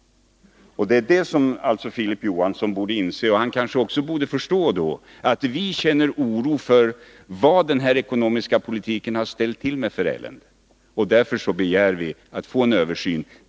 Detta borde Filip Johansson inse. Han skulle då förstå att vi känner oro för det elände som den här ekonomiska politiken har ställt till med. Därför begär vi att få en översyn.